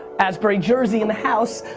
asbury jersey in the house,